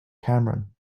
cameron